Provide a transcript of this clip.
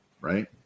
Right